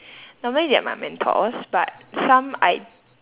normally they are my mentors but some I